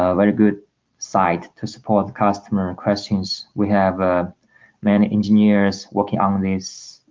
ah very good site to support customer questions we have ah many engineers working on this